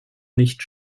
nicht